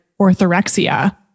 orthorexia